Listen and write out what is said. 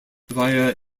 via